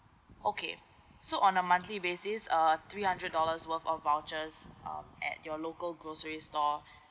okay so on a monthly basis uh three hundred dollars worth of vouchers um at your local grocery store